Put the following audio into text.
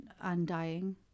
Undying